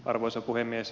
arvoisa puhemies